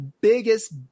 biggest